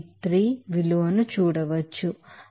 83 విలువను చూడవచ్చు